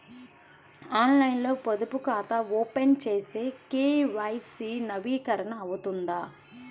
ఆన్లైన్లో పొదుపు ఖాతా ఓపెన్ చేస్తే కే.వై.సి నవీకరణ అవుతుందా?